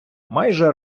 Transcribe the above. майже